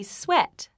sweat